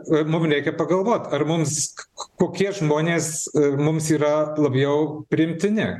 mum reikia pagalvot ar mumsko kokie žmonės mums yra labiau priimtini